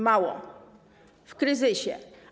Mało... [[Mało.]] ...w kryzysie.